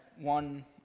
one